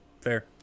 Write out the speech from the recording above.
Fair